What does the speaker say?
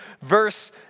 verse